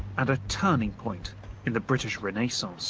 and a turning point in the british renaissance